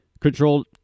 Controlled